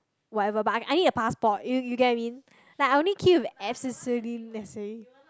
whatever but I need I need like a passport you you get what I mean I only queue if like absolutely necessary